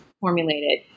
formulated